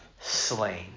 slain